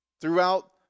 throughout